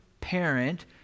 parent